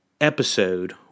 episode